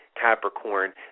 Capricorn